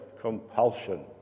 compulsion